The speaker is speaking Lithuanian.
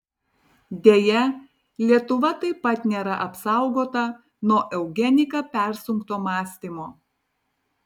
deja lietuva taip pat nėra apsaugota nuo eugenika persunkto mąstymo